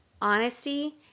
honesty